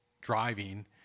driving